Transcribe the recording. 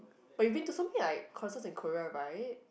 but you been to something like concerts in Korea right